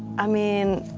i mean,